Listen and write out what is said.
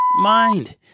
mind